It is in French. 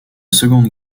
seconde